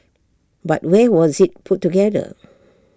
but where was IT put together